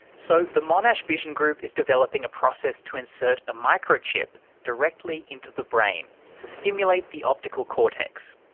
so the monash vision group is developing a process to insert a microchip directly into the brain to stimulate the optical cortex.